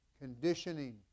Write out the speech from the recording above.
conditioning